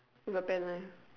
with a penknife